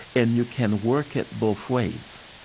and you can work it both ways.